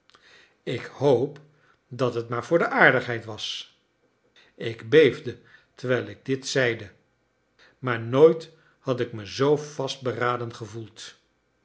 ik hoop dat het maar voor de aardigheid was ik beefde terwijl ik dit zeide maar nooit had ik me zoo vastberaden gevoeld